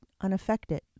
unaffected